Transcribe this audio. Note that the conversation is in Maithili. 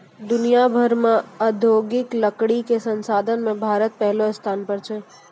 दुनिया भर मॅ औद्योगिक लकड़ी कॅ संसाधन मॅ भारत पहलो स्थान पर छै